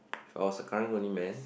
if I was a karang-guni man